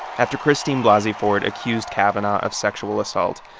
after christine blasey ford accused kavanaugh of sexual assault,